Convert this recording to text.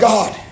God